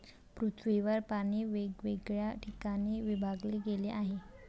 पृथ्वीवर पाणी वेगवेगळ्या ठिकाणी विभागले गेले आहे